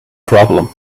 problem